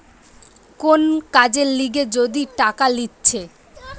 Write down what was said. কোন কাজের লিগে যদি টাকা লিছে